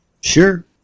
sure